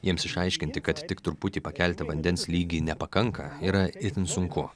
jiems išaiškinti kad tik truputį pakelti vandens lygį nepakanka yra itin sunku